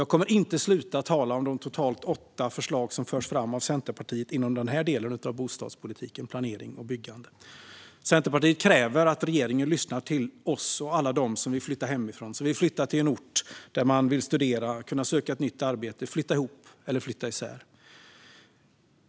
Jag kommer inte att sluta tala om de totalt åtta förslag som förs fram av Centerpartiet inom denna del av bostadspolitiken, alltså planering och byggande. Centerpartiet kräver att regeringen lyssnar till oss och alla som vill flytta hemifrån, flytta till en ort för att studera, söka ett nytt arbete, flytta ihop med någon eller flytta isär.